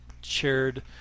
shared